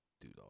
dude